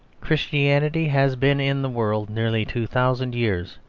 christianity has been in the world nearly two thousand years,